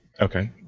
Okay